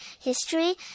history